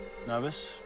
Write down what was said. Nervous